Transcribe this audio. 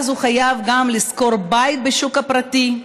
אז הוא חייב גם לשכור בית בשוק הפרטי.